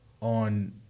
on